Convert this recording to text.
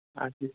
اچھا